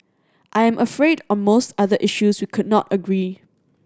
I am afraid on most other issues could not agree